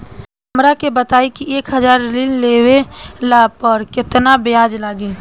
हमरा के बताई कि एक हज़ार के ऋण ले ला पे केतना ब्याज लागी?